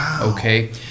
okay